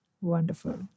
Wonderful